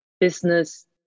business